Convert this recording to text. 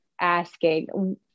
asking